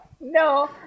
No